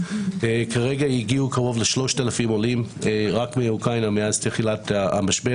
כרגע הגיעו קרוב ל-3,000 עולים מאוקראינה מאז תחילת המשבר.